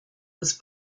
was